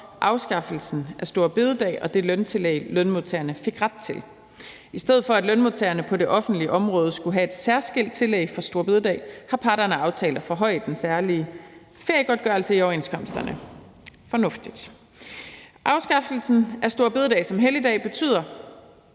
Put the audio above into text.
afskaffelsen af store bededag og det løntillæg, lønmodtagerne fik ret til. I stedet for at lønmodtagerne på det offentlige område skulle have et særskilt tillæg for store bededag, har parterne aftalt at forhøje den særlige feriegodtgørelse i overenskomsterne. Det er fornuftigt. Afskaffelsen af store bededag som helligdag betyder